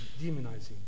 demonizing